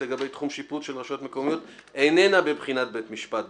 לגבי תחום שיפוט של רשויות מקומיות איננה בבחינת בית משפט.